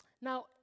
Now